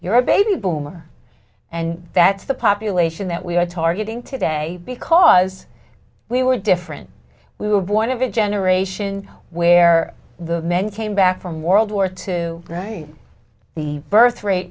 you're a baby boomer and that's the population that we are targeting today because we were different we were born of a generation where the men came back from world war two the birth rate